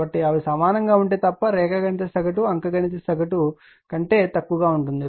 కాబట్టి అవి సమానంగా ఉంటే తప్ప రేఖాగణిత సగటు అంఖ్యగణితసగటు కంటే తక్కువగా ఉంటుంది